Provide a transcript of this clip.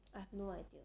I have no idea